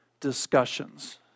discussions